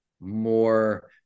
more